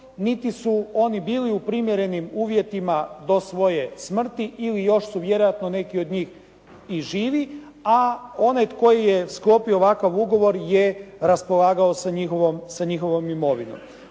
niti su oni bili u primjerenim uvjetima do svoje smrti ili još su vjerojatno neki od njih i živi a onaj tko je sklopio ovakav ugovor je raspolagao sa njihovom imovinom.